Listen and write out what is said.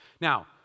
Now